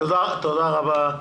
תודה רבה.